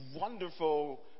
wonderful